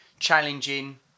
challenging